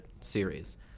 series